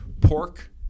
Pork